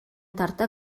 тарта